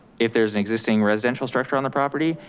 if there's an existing residential structure on the property,